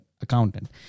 accountant